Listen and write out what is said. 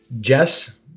jess